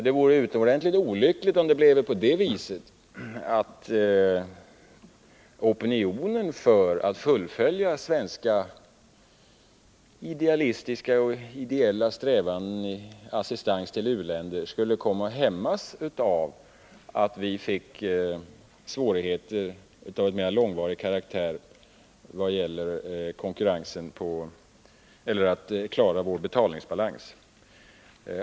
Det vore utomordentligt olyckligt om opinionen för att fullfölja svenska idealistiska och ideella strävanden i assistans till u-länderna skulle komma att hämmas av svårigheter av mer långvarig karaktär att klara vår betalningsbalans.